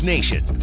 Nation